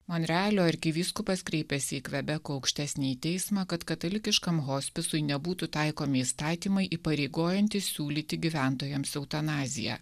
monrealio arkivyskupas kreipėsi į kvebeko aukštesnįjį teismą kad katalikiškam hospisui nebūtų taikomi įstatymai įpareigojantys siūlyti gyventojams eutanaziją